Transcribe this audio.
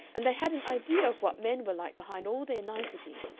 and they had an idea of what men were like behind all their nicety.